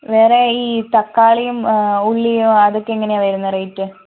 വേറെ ഈ തക്കാളിയും ഉള്ളിയും അതൊക്കെ എങ്ങനെയാണ് വരുന്നത് റേറ്റ്